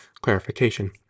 clarification